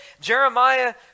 Jeremiah